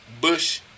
Bush